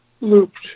looped